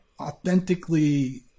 authentically